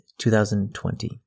2020